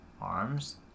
arms